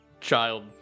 child